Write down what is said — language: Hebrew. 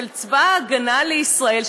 של צבא ההגנה לישראל,